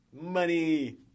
Money